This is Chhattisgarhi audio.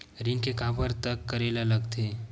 ऋण के काबर तक करेला लगथे?